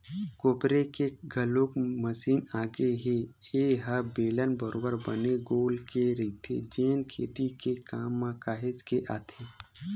कोपरे के घलोक मसीन आगे ए ह बेलन बरोबर बने गोल के रहिथे जेन खेती के काम म काहेच के आथे